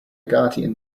guardian